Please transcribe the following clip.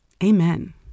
Amen